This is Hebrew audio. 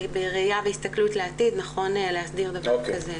בראייה והסתכלות לעתיד, נכון להסדיר דבר כזה.